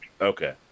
Okay